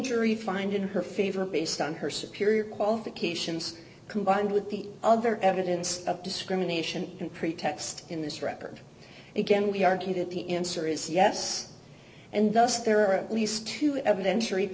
jury find in her favor based on her superior qualifications combined with the other evidence of discrimination and pretext in this record again we argue that the answer is yes and thus there are at least two eviden